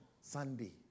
Sunday